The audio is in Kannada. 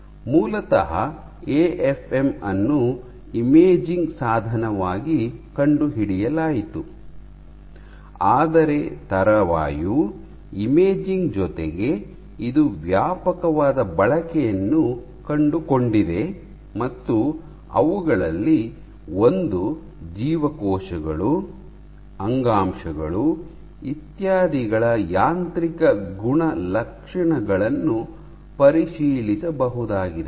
ಮೂಲತಃ ಎಎಫ್ಎಂ ಅನ್ನು ಇಮೇಜಿಂಗ್ ಸಾಧನವಾಗಿ ಕಂಡುಹಿಡಿಯಲಾಯಿತು ಆದರೆ ತರುವಾಯ ಇಮೇಜಿಂಗ್ ಜೊತೆಗೆ ಇದು ವ್ಯಾಪಕವಾದ ಬಳಕೆಯನ್ನು ಕಂಡುಕೊಂಡಿದೆ ಮತ್ತು ಅವುಗಳಲ್ಲಿ ಒಂದು ಜೀವಕೋಶಗಳು ಅಂಗಾಂಶಗಳು ಇತ್ಯಾದಿಗಳ ಯಾಂತ್ರಿಕ ಗುಣಲಕ್ಷಣಗಳನ್ನು ಪರಿಶೀಲಿಸಬಹುದಾಗಿದೆ